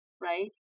right